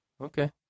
Okay